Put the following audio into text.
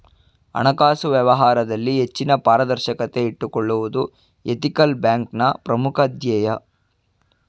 ಹಣಕಾಸು ವ್ಯವಹಾರದಲ್ಲಿ ಹೆಚ್ಚಿನ ಪಾರದರ್ಶಕತೆ ಇಟ್ಟುಕೊಳ್ಳುವುದು ಎಥಿಕಲ್ ಬ್ಯಾಂಕ್ನ ಪ್ರಮುಖ ಧ್ಯೇಯ